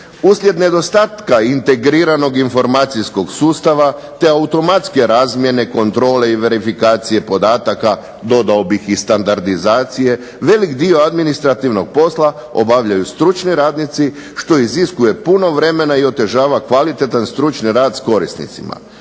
Uslijed nedostatka integriranog informacijskog sustava, te automatske razmjene, kontrole i verifikacije podataka, dodao bih i standardizacije velik dio administrativnog posla obavljaju stručni radnici što iziskuje puno vremena i otežava kvalitetan stručni rad s korisnicima